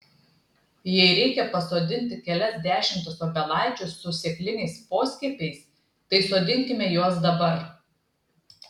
jei reikia pasodinti kelias dešimtis obelaičių su sėkliniais poskiepiais tai sodinkime juos dabar